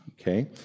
okay